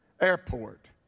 airport